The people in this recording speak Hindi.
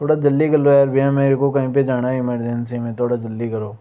थोड़ा जल्दी कर लो यार भैया मेर को कहीं पे जाना है इमरजेंसी में थोड़ा जल्दी करो